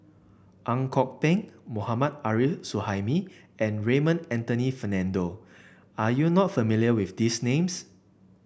Ang Kok Peng Mohammad Arif Suhaimi and Raymond Anthony Fernando are you not familiar with these names